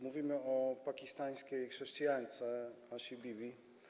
Mówimy o pakistańskiej chrześcijance Asi Bibi.